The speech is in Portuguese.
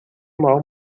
mal